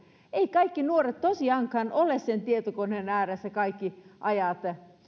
eivät kaikki nuoret tosiaankaan ole sen tietokoneen ääressä kaiken aikaa